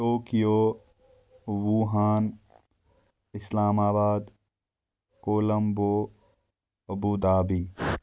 Tokyo Wuhan Islamabad Colombo Abu Dhabi